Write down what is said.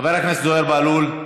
חבר הכנסת זוהיר בהלול,